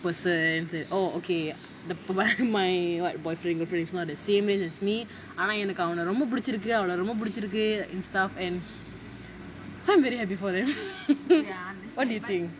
person that orh okay my what boyfriend girlfriend is not the same race as me I am ஆனா எனக்கு ரொம்ப பிடிச்சி இருக்கு அவளை ரொம்ப பிடிச்சி இருக்கு:aanaa ennaku romba pidichi iruku avala romba pidichi iruku and stuff and I'm very happy for him what do you feel